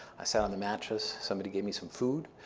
i sat on the mattress. somebody gave me some food,